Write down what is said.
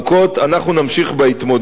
אנחנו נמשיך בהתמודדות הזאת,